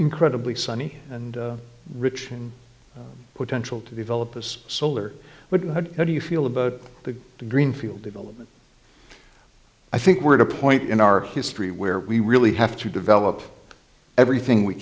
incredibly sunny and rich potential to develop this solar but what do you feel about the greenfield development i think we're at a point in our history where we really have to develop everything we